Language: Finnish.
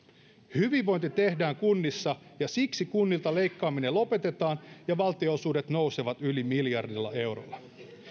hyvinvointi tehdään kunnissa ja siksi kunnilta leikkaaminen lopetetaan ja valtionosuudet nousevat yli miljardilla eurolla